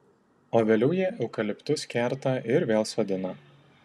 o vėliau jie eukaliptus kerta ir vėl sodina